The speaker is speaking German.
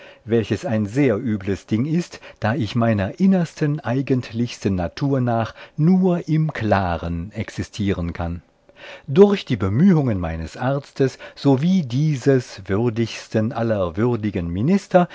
welches ein sehr übles ding ist da ich meiner innersten eigentlichsten natur nach nur im klaren existieren kann durch die bemühungen meines arztes sowie dieses würdigsten aller würdigen minister